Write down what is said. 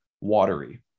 watery